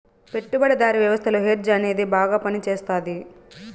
పెట్టుబడిదారీ వ్యవస్థలో హెడ్జ్ అనేది బాగా పనిచేస్తది